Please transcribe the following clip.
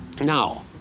Now